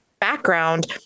background